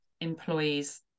employees